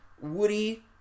Woody